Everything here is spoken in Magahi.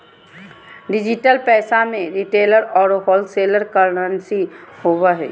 डिजिटल पैसा में रिटेलर औरो होलसेलर करंसी होवो हइ